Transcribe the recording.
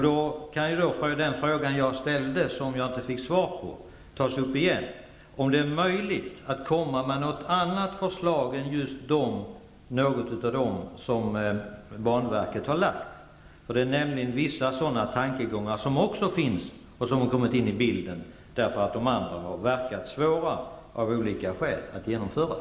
Då kan ju frågan jag ställde, som jag inte fick svar på, tas upp igen, nämligen om det är möjligt att komma med något annat förslag än just något av dem som banverket har lagt. Det finns nämligen vissa sådana tankegångar som har kommit in i bilden, eftersom de andra har verkat svåra att genomföra av olika skäl.